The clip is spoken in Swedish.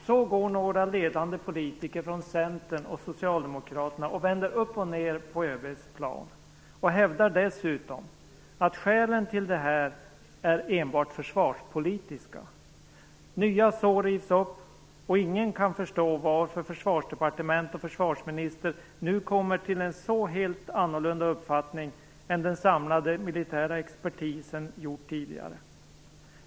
Så går några ledande politiker från Centern och Socialdemokraterna och vänder upp och ned på ÖB:s plan och hävdar dessutom att skälen till detta är enbart försvarspolitiska. Nya sår rivs upp, och ingen kan förstå varför Försvarsdepartementet och försvarsministern nu kommer till en så helt annorlunda uppfattning än den samlade militära expertisen gjort tidigare.